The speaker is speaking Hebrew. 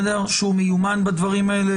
שהוא מיומן בדברים האלה,